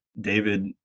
David